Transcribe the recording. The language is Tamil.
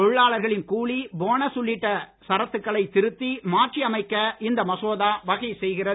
தொழிலாளர்களின் கூலி போனஸ் உள்ளிட்ட சரத்துக்களை திருத்தி மாற்றி அமைக்க இந்த மசோதா வகை செய்கிறது